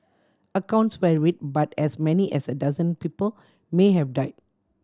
accounts varied but as many as a dozen people may have died